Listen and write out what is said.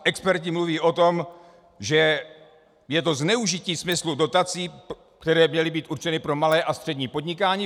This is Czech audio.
Experti mluví o tom, že je to zneužití smyslu dotací, které měly být určeny pro malé a střední podnikání.